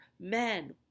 men